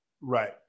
Right